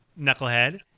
knucklehead